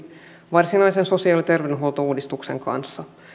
varsinaisen sosiaali ja terveydenhuoltouudistuksen kanssa